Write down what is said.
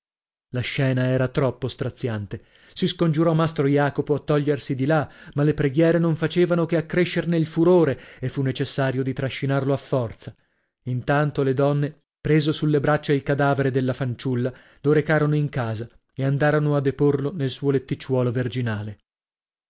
la scena era troppo straziante si scongiurò mastro jacopo a togliersi di là ma le preghiere non facevano che accrescerne il furore e fu necessario di trascinarlo a forza intanto le donne preso sulle braccia il cadavere della fanciulla lo recarono in casa e andarono a deporlo nel suo letticciuolo verginale